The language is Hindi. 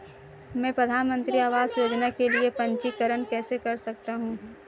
मैं प्रधानमंत्री आवास योजना के लिए पंजीकरण कैसे कर सकता हूं?